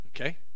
okay